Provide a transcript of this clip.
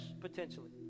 potentially